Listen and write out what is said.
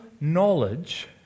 knowledge